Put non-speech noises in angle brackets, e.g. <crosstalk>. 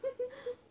<laughs>